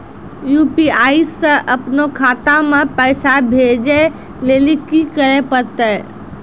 UPI से अपनो खाता मे पैसा भेजै लेली कि करै पड़तै?